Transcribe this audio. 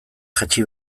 jaitsi